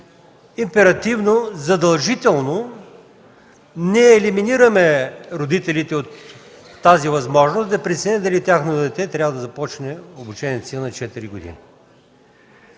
императивно, задължително елиминираме родителите от тази възможност да преценят дали тяхното дете трябва да започне обучението си на четири години.